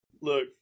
Look